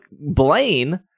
Blaine